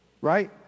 Right